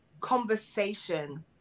conversation